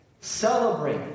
Celebrate